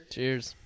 Cheers